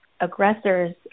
aggressors